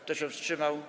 Kto się wstrzymał?